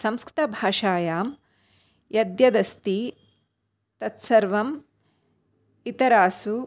संस्कृतभाषायां यद्यदस्ति तत्सर्वं इतरासु